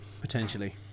potentially